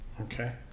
okay